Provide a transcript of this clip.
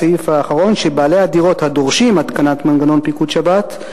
הסעיף האחרון הוא ש"בעלי הדירות הדורשים התקנת מנגנון פיקוד שבת,